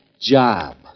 job